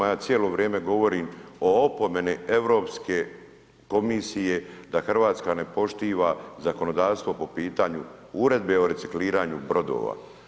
Ja cijelo vrijeme govorim o opomeni Europske komisije da Hrvatska ne poštiva zakonodavstvo po pitanju uredbe o recikliranju brodova.